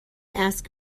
ask